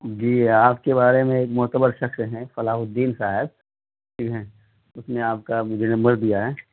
جی آپ کے بارے میں ایک معتبر شخص ہیں فلاح الدین صاحب ہیں اس نے آپ کا مجھے نمبر دیا ہے